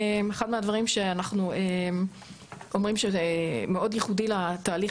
אחד מהדברים שאנחנו אומרים שמאוד ייחודי לתהליך